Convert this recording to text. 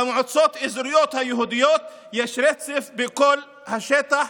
במועצות האזוריות היהודיות יש רצף בכל השטח.